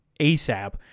ASAP